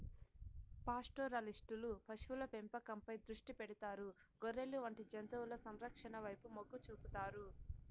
పాస్టోరలిస్టులు పశువుల పెంపకంపై దృష్టి పెడతారు, గొర్రెలు వంటి జంతువుల సంరక్షణ వైపు మొగ్గు చూపుతారు